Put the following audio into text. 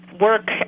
work